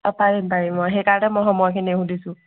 অ পাৰিম পাৰিম অ সেইকাৰণে মই সময়খিনি সুধিছোঁ